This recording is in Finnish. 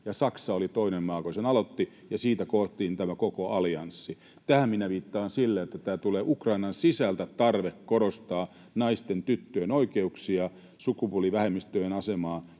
Saksa oli toinen maa, joka sen aloitti, ja siitä koottiin tämä koko allianssi. Tähän minä viittaan sillä, että Ukrainan sisältä tulee tämä tarve korostaa naisten ja tyttöjen oikeuksia, sukupuolivähemmistöjen asemaa